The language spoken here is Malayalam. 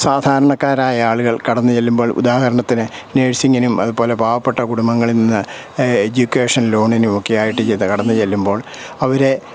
സാധാരണക്കാരായ ആളുകൾ കടന്നു ചെല്ലുമ്പോൾ ഉദാഹരണത്തിന് നഴ്സിങ്ങിനും അതുപോലെ പാവപ്പെട്ട കുടുംബങ്ങളിൽ നിന്ന് എജുക്കേഷൻ ലോണിനുമൊക്കെ ആയിട്ട് ചെന്നു കടന്നു ചെല്ലുമ്പോൾ അവരെ